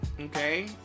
okay